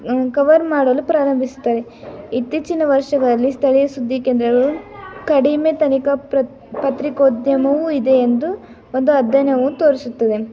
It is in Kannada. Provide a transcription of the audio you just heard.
ಕವರ್ ಮಾಡಲು ಪ್ರಾರಂಭಿಸುತ್ತದೆ ಇತ್ತೀಚಿನ ವರ್ಷಗಳಲ್ಲಿ ಸ್ಥಳೀಯ ಸುದ್ದಿ ಕೇಂದ್ರಗಳು ಕಡಿಮೆ ತನಿಖಾ ಪತ್ರಿಕೋದ್ಯಮವು ಇದೆ ಎಂದು ಒಂದು ಅಧ್ಯಯನವು ತೋರಿಸುತ್ತವೆ